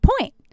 point